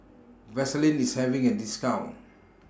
Vaselin IS having A discount